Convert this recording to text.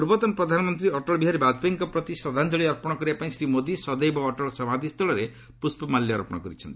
ପୂର୍ବତନ ପ୍ରଧାନମନ୍ତ୍ରୀ ଅଟଳ ବିହାରୀ ବାଜପେୟୀଙ୍କ ପ୍ରତି ଶ୍ରଦ୍ଧାଞ୍ଜଳି ଅର୍ପଣ କରିବାପାଇଁ ଶ୍ରୀ ମୋଦି ସଦୈବ ଅଟଳ ସମାଧି ସ୍ଥଳରେ ପୁଷ୍ପମାଲ୍ୟ ଅର୍ପଣ କରିଛନ୍ତି